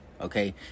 Okay